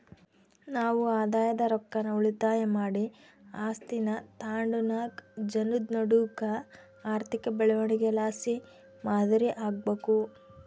ನಾವು ಆದಾಯದ ರೊಕ್ಕಾನ ಉಳಿತಾಯ ಮಾಡಿ ಆಸ್ತೀನಾ ತಾಂಡುನಾಕ್ ಜನುದ್ ನಡೂಕ ಆರ್ಥಿಕ ಬೆಳವಣಿಗೆಲಾಸಿ ಮಾದರಿ ಆಗ್ಬಕು